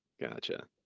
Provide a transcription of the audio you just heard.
gotcha